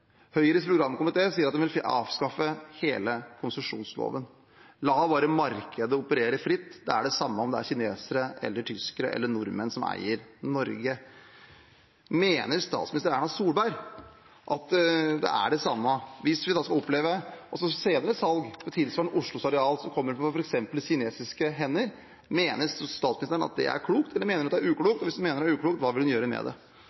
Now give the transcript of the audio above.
Høyres programkomité sier at de vil avskaffe hele konsesjonsloven: La bare markedet operere fritt, det er det samme om det er kinesere, tyskere eller nordmenn som eier Norge. Mener statsminister Erna Solberg at det er det samme? Hvis vi skal oppleve et senere salg tilsvarende Oslos areal som kommer på f.eks. kinesiske hender, mener statsministeren at det er klokt, eller mener hun det er uklokt? Og hvis hun mener det er uklokt, hva vil hun gjøre med